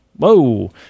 Whoa